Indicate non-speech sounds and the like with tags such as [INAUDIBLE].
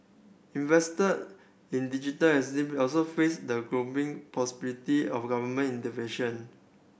investor in digital [UNINTELLIGIBLE] also face the growing possibility of government intervention